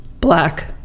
Black